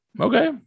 okay